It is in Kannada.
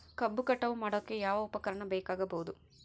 ಕಬ್ಬು ಕಟಾವು ಮಾಡೋಕೆ ಯಾವ ಉಪಕರಣ ಬೇಕಾಗಬಹುದು?